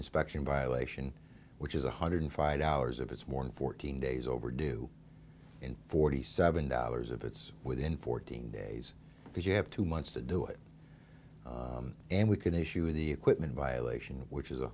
inspection violation which is one hundred five dollars if it's more than fourteen days overdue in forty seven dollars if it's within fourteen days because you have two months to do it and we can issue the equipment violation which is